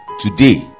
today